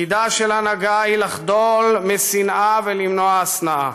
תפקידה של הנהגה הוא לחדול משנאה ולמנוע השנאה.